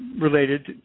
related